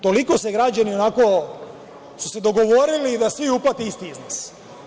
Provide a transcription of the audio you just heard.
Toliko se građani onako su se dogovorili, da svi uplate isti iznos.